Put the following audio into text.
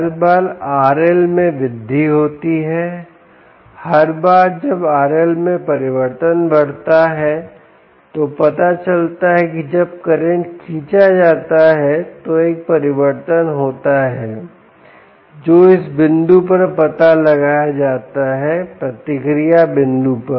हर बार RL में वृद्धि होती है हर बार जब RL में परिवर्तन बढ़ता है तो पता चलता है कि जब करंट खींचा जाता है तो एक परिवर्तन होता है जो इस बिंदु पर पता लगाया जाता है प्रतिक्रिया बिंदु पर